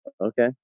Okay